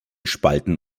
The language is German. spalten